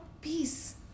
peace